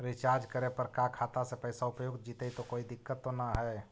Recharge करे पर का खाता से पैसा उपयुक्त जितै तो कोई दिक्कत तो ना है?